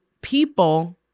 people